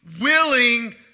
willing